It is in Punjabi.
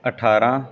ਅਠਾਰਾਂ